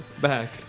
back